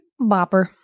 Bopper